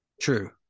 True